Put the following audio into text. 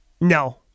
No